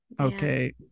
Okay